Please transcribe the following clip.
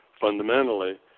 fundamentally